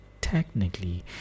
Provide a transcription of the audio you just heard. technically